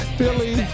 Philly